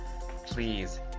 please